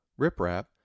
riprap